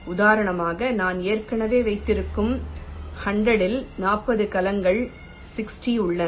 உதாரணமாக நான் ஏற்கனவே வைத்திருக்கும் 100 இல் 40 கலங்கள் 60 உள்ளன